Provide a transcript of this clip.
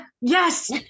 yes